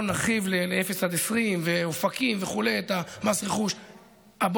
נרחיב ל-0 20, ואופקים וכו', את מס רכוש, נכון?